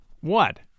What